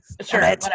Sure